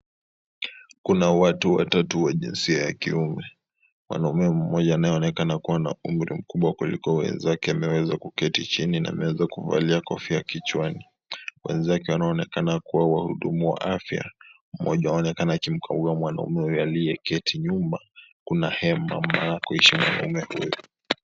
Kuna watu watatu wa jinsia ya kiume mwanamme mmoja anaonekana akiwa na umri mkubwa kuliko wenzake ameweza kuketi chini na ameweza kuvalia kofia kichwani. Wenzake wanaonekana kuwa wahudumu wa afya. Mmoja wao anaonekana akimkagua mwanamme huyu aliyeketi nyuma hema anakoishi mwanamme huyu.